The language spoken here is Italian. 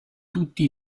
tutti